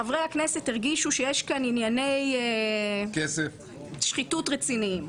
חברי הכנסת הרגישו שיש כאן ענייני שחיתות רציניים.